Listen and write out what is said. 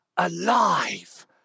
alive